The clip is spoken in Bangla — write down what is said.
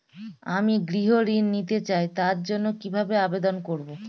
আমি গৃহ ঋণ নিতে চাই তার জন্য কিভাবে আবেদন করব?